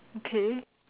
okay